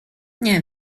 nie